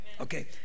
Okay